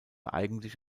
eigentlich